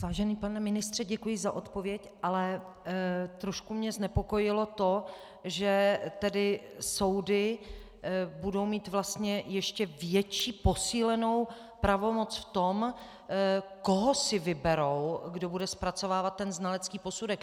Vážený pane ministře, děkuji za odpověď, ale trošku mě znepokojilo to, že soudy budou mít vlastně ještě větší posílenou pravomoc v tom, koho si vyberou, kdo bude zpracovávat znalecký posudek.